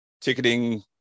ticketing